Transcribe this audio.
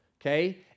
okay